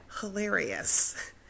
hilarious